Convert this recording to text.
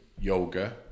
yoga